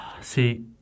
See